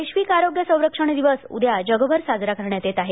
वैश्विक आरोग्य संरक्षण दिवस उद्या जगभर साजरा करण्यात येत आहे